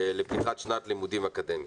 לפתיחת שנת לימודים אקדמית.